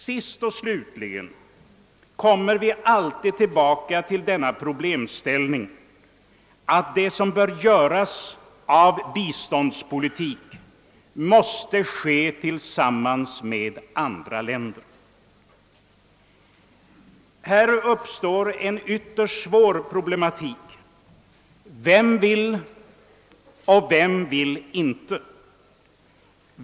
Sist och slutligen kommer vi alltid tillbaka till denna problemställning, att det som bör göras i fråga om biståndspolitiken måste göras tillsammans med andra länder. Därvid uppstår en ytterst svår problematik. Vem vill och vem vill inte?